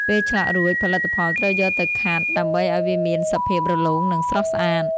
ពេលឆ្លាក់រួច ផលិតផលត្រូវយកទៅខាត់ ដើម្បីឱ្យវាមានសភាពរលោង និងស្រស់ស្អាត។